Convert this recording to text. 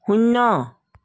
শূন্য